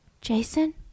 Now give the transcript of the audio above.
Jason